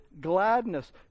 gladness